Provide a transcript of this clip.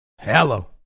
Hello